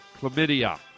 Chlamydia